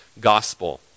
gospel